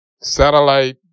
satellite